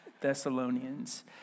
Thessalonians